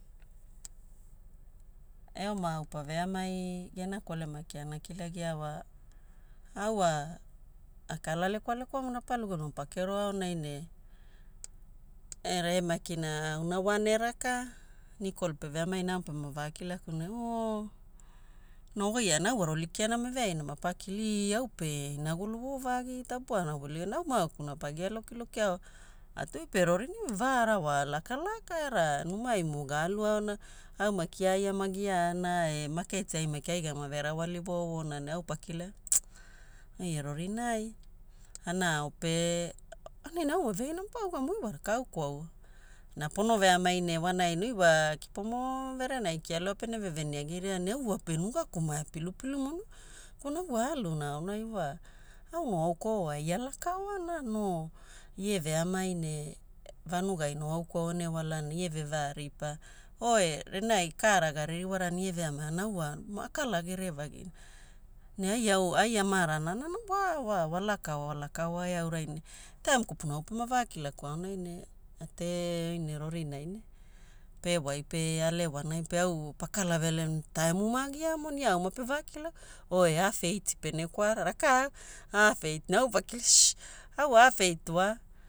Eoma au paveamai gena kolema kia ana kilagia wa au wa akala lekwalekwa mona rapa luga lugana pakero aonai ne era e makina auna one- era ka. Nicole peveamai ne au pema vakilaku na o ne ogiaana au wa rolikianamo eveaina mapa kila iaupe inagulu voovagi tapua ana guligi na maauku na pagia lokilokia ate oi pe rorinai, vaaara wa lakalaka era wa numaimo gaaluaona. Au maki ia ai ama giaana e maketiai maki ai gama verawali voovoona ne au pakila oi e rorinai ana ao pe aonai ne au wa eveaina mapa ugamagi oi wa rakau kwaua? Na pono veamai ne wanai ne oi wa kipomo verenagi kialua pene veveniagiria ne au wape nugaku mae pilupilu mona. Kwalana au wa aaluna aonai wa au no au kwauai ai alakaoana no ie veamai ne vanugai no au kwaua ene wala ne ie vevaripa oe Renagi kaara gaririwarana ie veamai ne aonai au wa akala gerevagina. Ne ai au ai amaranana na wa walakaoa lakaoa eaurai ne etaim kopuna au pema vakilaku aonai ne ate oi ne rorinai ne pewai pe alewanai. Pe au pakala vealeva ne taimu ma giaamona ia au mape vakilaku oe half- eight pene kwara, rakau?, half- eight. Ne au pakila shh au wa half- eight wa